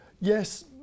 Yes